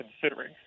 considering